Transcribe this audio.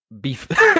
beef